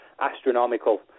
astronomical